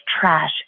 trash